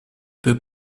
peut